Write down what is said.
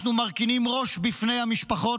אנחנו מרכינים ראש בפני המשפחות.